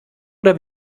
oder